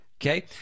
okay